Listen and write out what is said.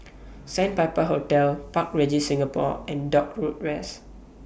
Sandpiper Hotel Park Regis Singapore and Dock Road West